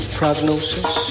prognosis